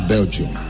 Belgium